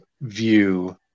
view